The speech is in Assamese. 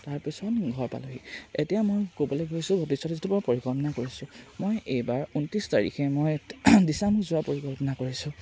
তাৰপিছত ঘৰ পালোহি এতিয়া মই ক'বলৈ গৈছোঁ ভৱিষ্যতে যিটো মই পৰিকল্পনা কৰিছোঁ মই এইবাৰ ঊনত্ৰিছ তাৰিখে মই দিছাংমুখ যোৱা পৰিকল্পনা কৰিছোঁ